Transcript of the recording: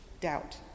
doubt